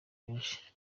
benshi